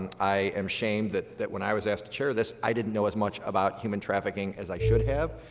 and i am ashamed that that when i was asked to chair this, i didn't know as much about human trafficking as i should have.